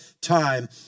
time